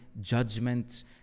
judgment